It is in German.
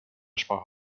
sprache